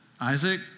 Isaac